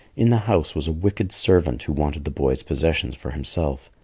in the house was a wicked servant who wanted the boy's possessions for himself.